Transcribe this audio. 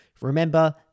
Remember